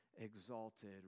exalted